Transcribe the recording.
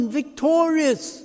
victorious